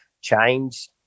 change